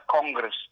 Congress